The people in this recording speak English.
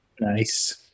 Nice